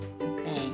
Okay